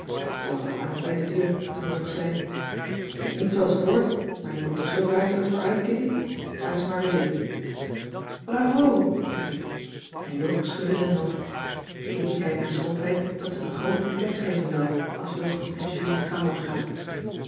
al haast bij de deur toen jog zei t is niet zooals t hoort maar je komt er zoo ruiterlijk voor uit kitty ga dus maar weer zitten cissy van marxveldt de h b s tijd van joop ter heul bravo riep ik en jog schudde zijn hoofd kitty zei na schooltijd dat ze een groot bouqet geven zal als jog en julie trouwen gaan